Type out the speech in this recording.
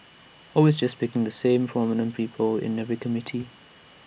always just picking the same old prominent people in every committee